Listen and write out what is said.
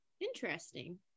Interesting